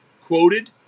quoted